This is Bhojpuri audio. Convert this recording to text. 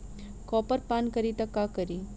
कॉपर पान करी त का करी?